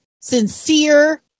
sincere